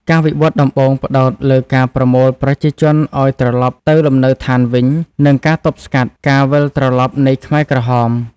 ការវិវត្តដំបូងផ្តោតលើការប្រមូលប្រជាជនឱ្យត្រឡប់ទៅលំនៅឋានវិញ និងការទប់ស្កាត់ការវិលត្រឡប់នៃខ្មែរក្រហម។